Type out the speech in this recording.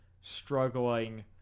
struggling